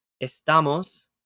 estamos